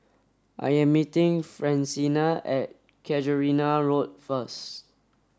I am meeting Francina at Casuarina Road first